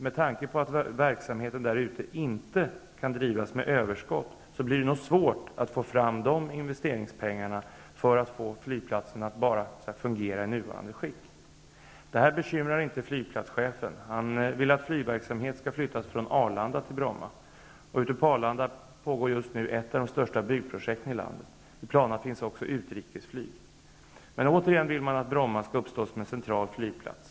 Med tanke på att verksamheten inte kan drivas med överskott blir det nog svårt att få fram dessa investeringspengar för att få flygplatsen att fungera i nuvarande skick. Det här bekymrar inte flygplatschefen. Han vill att flygverksamhet skall flyttas från Arlanda till Bromma, samtidigt som det ute på Arlanda pågår ett av de största byggprojekten i landet. I planerna ingår också utrikesflyg. Man vill att Bromma återigen skall uppstå som en central flygplats.